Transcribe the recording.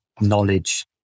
knowledge